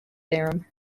theorem